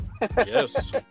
Yes